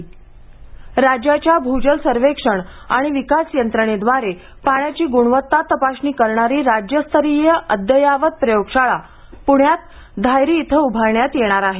पाणी ग्णवत्ता प्रयोगशाळा राज्याच्या भूजल सर्वेक्षण आणि विकासयंत्रणेद्वारे पाण्याची गुणवत्ता तपासणी करणारी राज्यस्तरीय अद्ययावत प्रयोगशाळा पुण्यात धायरी इथं उभारण्यात येणार आहे